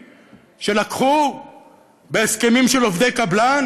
או אותם חדשים שלקחו בהסכמים של עובדי קבלן